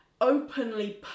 openly